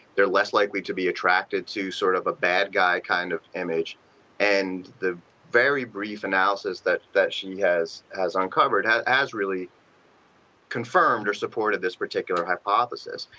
they are less likely to be attracted to sort of a bad guy kind of image and the very brief analysis that that she has has uncovered has really confirmed or supported this particular hypothesis.